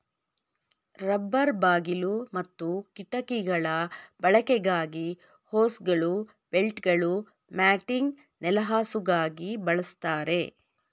rubber ಬಾಗಿಲು ಮತ್ತು ಕಿಟಕಿಗಳ ಬಳಕೆಗಾಗಿ ಹೋಸ್ಗಳು ಬೆಲ್ಟ್ಗಳು ಮ್ಯಾಟಿಂಗ್ ನೆಲಹಾಸುಗಾಗಿ ಬಳಸ್ತಾರೆ